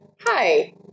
hi